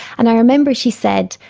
and i remember she said,